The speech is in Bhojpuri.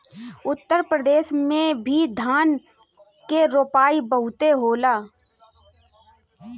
उत्तर प्रदेश में भी धान के रोपाई बहुते होला